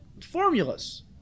formulas